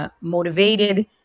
motivated